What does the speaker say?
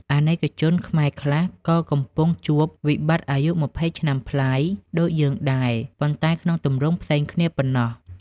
អាណិកជនខ្មែរខ្លះក៏កំពុងជួប "វិបត្តិអាយុ២០ឆ្នាំប្លាយ" ដូចយើងដែរ ប៉ុន្តែក្នុងទម្រង់ផ្សេងគ្នាប៉ុណ្ណោះ។